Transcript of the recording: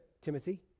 Timothy